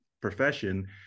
profession